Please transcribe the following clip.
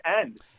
end